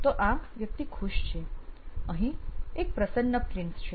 તો આ વ્યક્તિ ખુશ છે અહીં એક પ્રસન્ન પ્રિન્સ છે